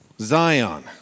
Zion